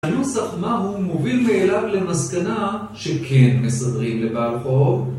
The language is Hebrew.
הנוסח מהו מוביל מאליו למסקנה שכן מסדרים לבעל חוב